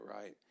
right